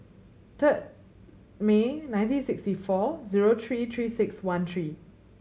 third May nineteen sixty four zero three Three Six One three